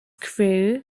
crew